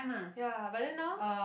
ya but then now